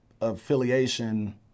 affiliation